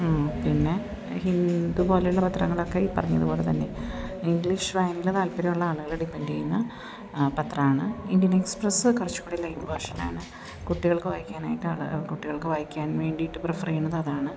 പിന്നെ ഹിന്ദു പോലെയുള്ള പത്രങ്ങളൊക്കെ ഈ പറയുന്നത് പോലെ തന്നെ ഇംഗ്ലീഷ് ഭയങ്കര താല്പര്യമുള്ള ആളുകൾ ഡിപെൻറ്റ് ചെയ്യുന്ന പത്രമാണ് ഇന്ത്യൻ എക്സ്പ്രസ്സ് കുറച്ച് കൂടി ലൈറ്റ് വേർഷൻ ആണ് കുട്ടികൾക്ക് വായിക്കാനായിട്ടാണ് കുട്ടികൾക്ക് വായിക്കാൻ വേണ്ടിയിട്ട് പ്രിഫറ് ചെയ്യുന്നത് അതാണ്